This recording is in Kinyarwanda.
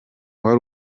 wari